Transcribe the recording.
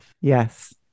Yes